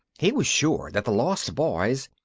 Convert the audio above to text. he was sure that the lost boys,